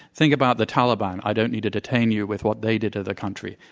think about the taliban. i don't need to detain you with what they did to the country.